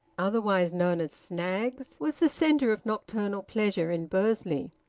otherwise known as snaggs's, was the centre of nocturnal pleasure in bursley.